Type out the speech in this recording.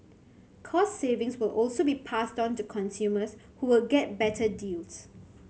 cost savings will also be passed onto consumers who will get better deals